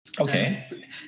Okay